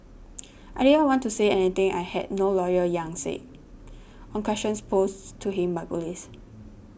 I didn't want to say anything I had no lawyer Yang said on questions posed to him by police